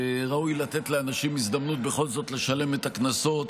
וראוי לתת לאנשים הזדמנות בכל זאת לשלם את הקנסות